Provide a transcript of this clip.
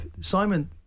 Simon